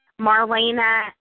Marlena